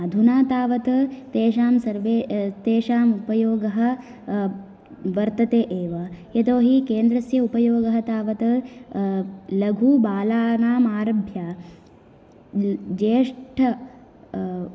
अधुना तावत् तेषां सर्वे तेषाम् उपयोगः वर्तते एव यतोहि केन्द्रस्य उपयोगः तावत् लघु बालानाम् आरभ्य ज्येष्ठ